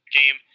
game